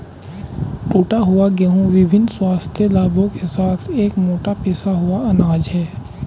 टूटा हुआ गेहूं विभिन्न स्वास्थ्य लाभों के साथ एक मोटा पिसा हुआ अनाज है